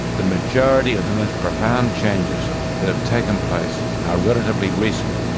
the majority of the most profound changes that have taken place are relatively recent,